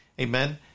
Amen